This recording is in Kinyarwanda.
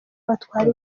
batwara